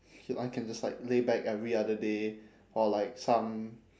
then I can just lay back every other day or like some